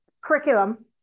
curriculum